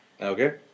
Okay